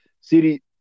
City